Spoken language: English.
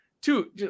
two